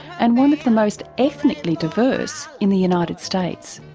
and one of the most ethnically diverse in the united states.